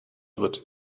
wird